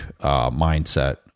mindset